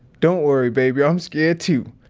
don't worry, baby. i'm scared, too.